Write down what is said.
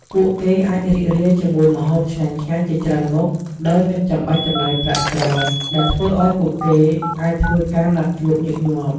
ពួកគេអាចរីករាយជាមួយម្ហូបឆ្ងាញ់ៗជាច្រើនមុខ ដោយមិនចាំបាច់ចំណាយប្រាក់ច្រើន ដែលធ្វើឲ្យពួកគេអាចធ្វើការណាត់ជួបញឹកញាប់។